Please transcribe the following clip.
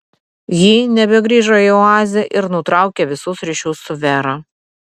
ji nebegrįžo į oazę ir nutraukė visus ryšius su vera